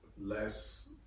less